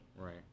Right